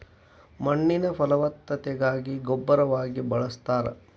ಮಣ್ಣಿನ ಫಲವತ್ತತೆಗಾಗಿ ಗೊಬ್ಬರವಾಗಿ ಬಳಸ್ತಾರ